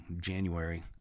January